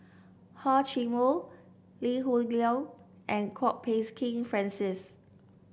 Hor Chim Or Lee Hoon Leong and Kwok Peng Kin Francis